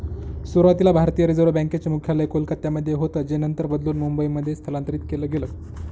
सुरुवातीला भारतीय reserve bank चे मुख्यालय कोलकत्यामध्ये होतं जे नंतर बदलून मुंबईमध्ये स्थलांतरीत केलं गेलं